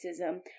racism